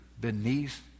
beneath